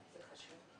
זה חשוב.